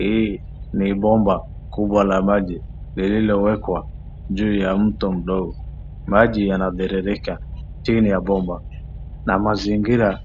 Hii ni bomba kubwa la maji lililowekwa juu ya mtu mdogo. Maji yanabiririka chini ya bomba na mazingira